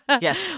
Yes